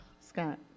Scott